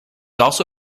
also